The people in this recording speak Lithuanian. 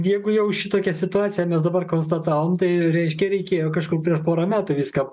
jeigu jau šitokią situaciją mes dabar konstatavom tai reiškia reikėjo kažkur prieš pora metų viską